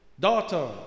Daughter